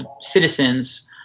citizens